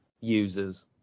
users